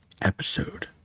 episode